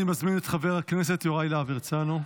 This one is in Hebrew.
אני מזמין את חבר הכנסת יוראי להב הרצנו.